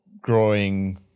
growing